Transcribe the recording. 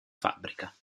fabbrica